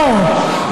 לא.